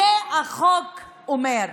את זה החוק אומר,